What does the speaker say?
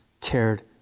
cared